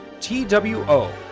T-W-O